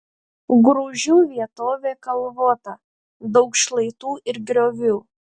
grūžių vietovė kalvota daug šlaitų ir griovių